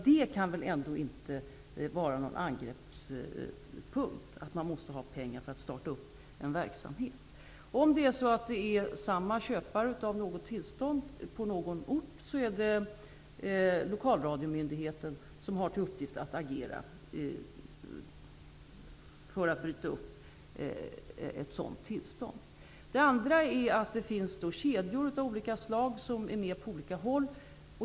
Det kan inte vara någon angreppspunkt att man måste ha pengar för att starta en verksamhet. Om det på någon ort är samma köpare av tillstånden är det lokalradiomyndigheten som har till uppgift att agera för att bryta ett sådant tillstånd. Det finns kedjor av olika slag som är med på olika håll.